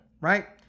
right